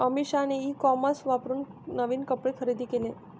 अमिषाने e commerce वापरून नवीन कपडे खरेदी केले